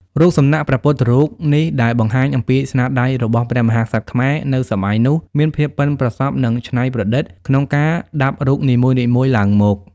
រូបសំណាក់ព្រះពុទ្ធរូបនេះដែលបង្ហាញអំពីស្នាដៃរបស់ព្រះមហាក្សត្រខ្មែរនៅសម័យនោះមានភាពបុិនប្រសប់និងច្នៃប្រឌិតក្នុងការដាប់រូបនីមួយៗឡើងមក។